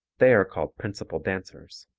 they are called principal dancers.